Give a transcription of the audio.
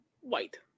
white